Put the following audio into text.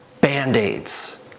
band-aids